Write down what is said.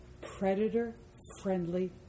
predator-friendly